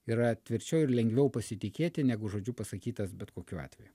yra tvirčiau ir lengviau pasitikėti negu žodžiu pasakytas bet kokiu atveju